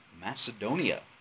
Macedonia